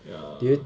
ya